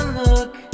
look